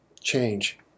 change